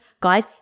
guys